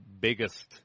biggest